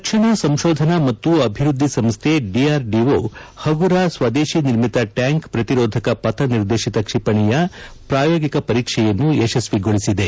ರಕ್ಷಣಾ ಸಂಶೋಧನಾ ಮತ್ತು ಅಭಿವೃದ್ದಿ ಸಂಸ್ಥೆ ಡಿಆರ್ದಿಒ ಹಗುರ ಸ್ವದೇಶಿ ನಿರ್ಮಿತ ಟ್ಯಾಂಕ್ ಪ್ರತಿರೋಧಕ ಪಥ ನಿರ್ದೇಶಿತ ಕ್ವಿಪಣಿಯ ಪ್ರಾಯೋಗಿಕ ಪರೀಕ್ಷೆಯನ್ನು ಯಶಸ್ವಿಗೊಳಿಸಿದೆ